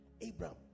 Abraham